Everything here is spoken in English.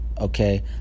Okay